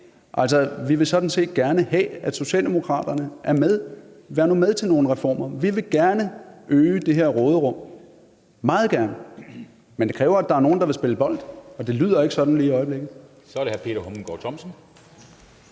Vi vil sådan set gerne have, at Socialdemokraterne er med til nogle reformer, så vær nu med til nogle reformer. Vi vil gerne øge det her råderum – meget gerne – men det kræver, at der er nogle, der vil spille bold, og det lyder ikke sådan lige i øjeblikket. Kl. 13:46 Første næstformand